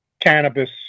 cannabis